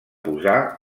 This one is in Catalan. posar